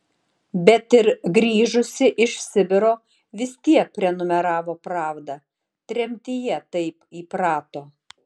bet ir grįžusi iš sibiro vis tiek prenumeravo pravdą tremtyje taip įprato